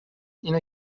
اینه